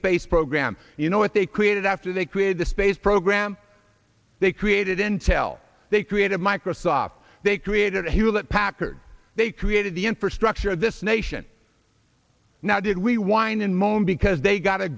space program you know what they created after they created the space program they created intel they created microsoft they created he was that packard they created the infrastructure of this nation now did we whine and moan because they got a